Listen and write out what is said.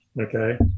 Okay